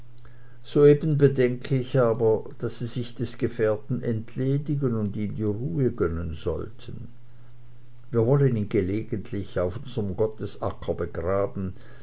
soeben bedenke ich aber daß sie sich des gefährten entledigen und ihm die ruhe gönnen sollten wir wollen ihn gelegentlich auf unserm gottesacker begraben